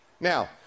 Now